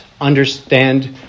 understand